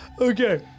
Okay